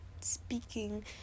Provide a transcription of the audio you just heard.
speaking